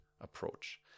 approach